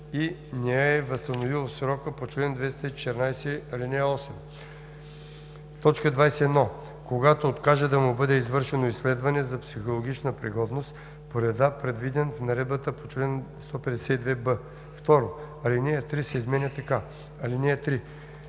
и не я е възстановил в срока по чл. 214, ал. 8; 21. когато откаже да му бъде извършено изследване за психологична пригодност по реда, предвиден в наредбата по чл. 152б.“ 2. Алинея 3 се изменя така: „(3)